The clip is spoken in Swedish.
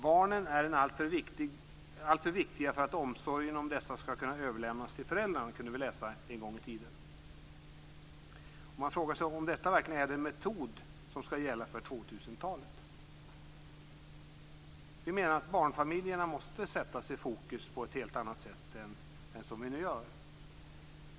"Barnen är alltför viktiga för att omsorgen om dessa skall kunna överlämnas till föräldrarna", kunde vi läsa en gång i tiden. Barnfamiljerna måste sättas i fokus på ett helt annat sätt än som vi nu gör.